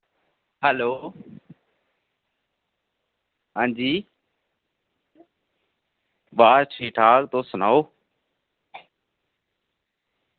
hello आं जी बस ठीक ठाक तुस सनाओ